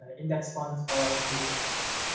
index funds are mutual funds.